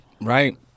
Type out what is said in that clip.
Right